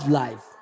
life